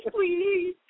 please